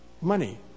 money